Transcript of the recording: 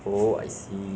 ten dollar